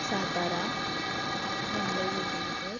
सातारा मुंबई उपनगर